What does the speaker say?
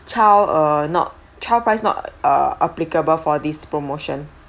child uh not child price not uh applicable for this promotion